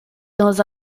dans